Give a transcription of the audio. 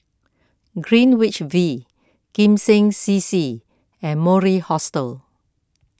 Greenwich V Kim Seng C C and Mori Hostel